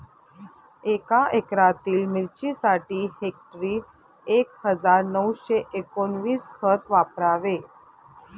एका एकरातील मिरचीसाठी हेक्टरी एक हजार नऊशे एकोणवीस खत वापरावे